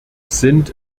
sind